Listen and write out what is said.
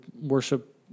worship